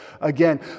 again